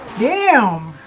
down